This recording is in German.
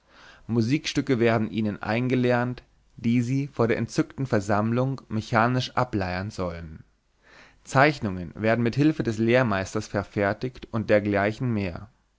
musikstücke werden ihnen eingelernt die sie vor der entzückten versammlung mechanisch ableiern sollen zeichnungen werden mit hilfe des lehrmeisters verfertigt und dergleichen mehr